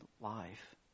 life